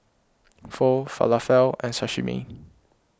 Pho Falafel and Sashimi